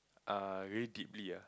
err very deeply ah